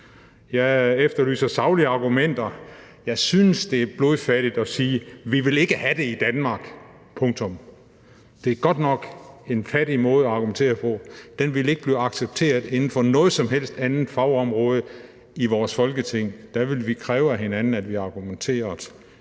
Jeg efterlyser saglige argumenter. Jeg synes, det er blodfattigt at sige: Vi vil ikke have det i Danmark – punktum. Det er godt nok en fattig måde at argumentere på. Den ville ikke blive accepteret inden for noget som helst andet fagområdet i vores Folketing. Der ville vi kræve af hinanden, at vi argumenterede